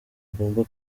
agomba